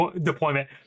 deployment